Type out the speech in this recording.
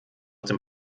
dem